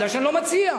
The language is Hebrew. מפני שאני לא מציע.